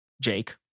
Jake